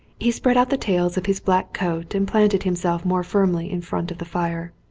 he spread out the tails of his black coat and planted himself more firmly in front of the fire.